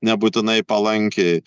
nebūtinai palankiai